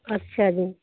ਅੱਛਾ ਜੀ